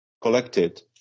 collected